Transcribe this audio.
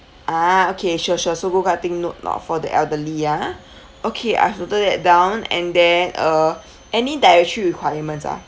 ah okay sure sure so go karting note not for the elderly ya okay I've noted that down and then uh any dietary requirements ah